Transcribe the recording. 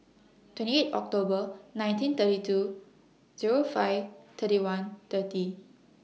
twenty eight October nineteen thirty two Zero five thirty one thirty